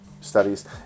studies